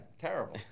terrible